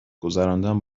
گذراندن